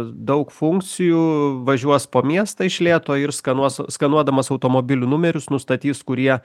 daug funkcijų važiuos po miestą iš lėto ir skanuos skanuodamas automobilių numerius nustatys kurie